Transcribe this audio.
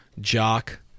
Jock